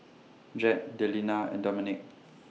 Jett Delina and Dominque